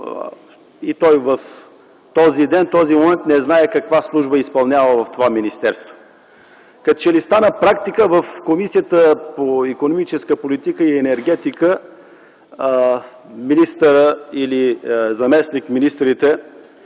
който в този ден, в този момент и той не знае каква служба изпълнява в това министерство. Като че ли стана практика в Комисията по икономическата политика и енергетика министърът или заместник-министрите